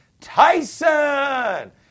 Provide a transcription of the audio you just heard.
Tyson